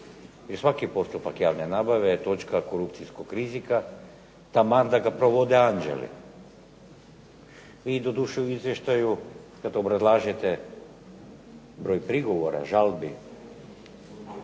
jer svaki postupak javne nabave je točka korupcijskog rizika, taman da ga provode anđeli. Mi doduše u izvještaju, kad obrazlažete broj prigovora, žalbi,